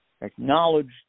acknowledged